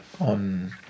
on